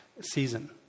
season